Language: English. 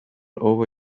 over